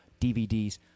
DVDs